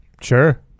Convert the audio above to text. Sure